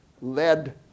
led